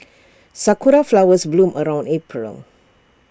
Sakura Flowers bloom around April